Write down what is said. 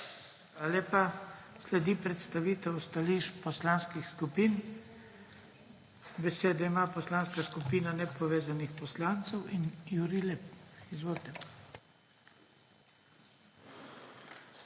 lepa. Sledi predstavitev stališč poslanskih skupin. Besedo ima Poslanska skupina nepovezanih poslancev in Jurij Lep. Izvolite.